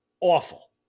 awful